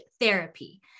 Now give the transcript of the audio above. therapy